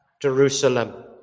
Jerusalem